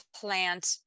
plant